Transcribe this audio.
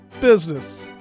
business